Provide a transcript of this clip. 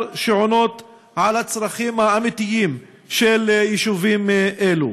שעונות על הצרכים האמיתיים של יישובים אלו.